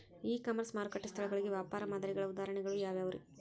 E commerce ಮಾರುಕಟ್ಟೆ ಸ್ಥಳಗಳಿಗೆ ವ್ಯಾಪಾರ ಮಾದರಿಗಳ ಉದಾಹರಣೆಗಳು ಯಾವವುರೇ?